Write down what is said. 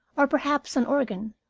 or perhaps an organ.